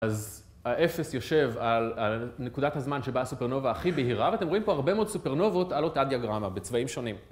אז האפס יושב על נקודת הזמן שבה הסופרנובה הכי בהירה ואתם רואים פה הרבה מאוד סופרנובות על אותה דיאגרמה בצבעים שונים